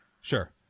sure